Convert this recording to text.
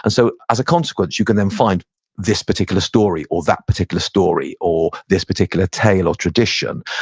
and so as a consequence, you can then find this particular story or that particular story or this particular tale or tradition.